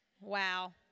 wow